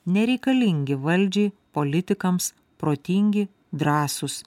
nereikalingi valdžiai politikams protingi drąsūs